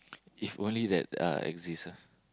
if only that uh exists ah